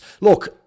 look